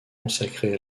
consacrées